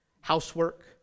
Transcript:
housework